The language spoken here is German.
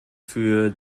für